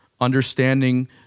understanding